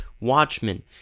Watchmen